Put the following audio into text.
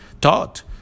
taught